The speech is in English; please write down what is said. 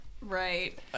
right